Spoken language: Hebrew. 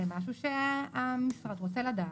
זה משהו שהמשרד רוצה לדעת.